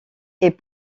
est